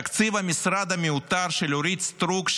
תקציב המשרד המיותר של אורית סטרוק,